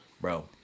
Bro